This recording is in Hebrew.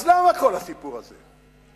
אז למה כל הסיפור הזה?